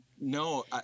no